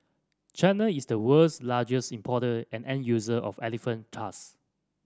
China is the world's largest importer and end user of elephant tusk